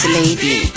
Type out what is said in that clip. lady